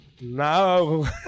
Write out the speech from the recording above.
No